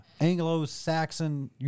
Anglo-Saxon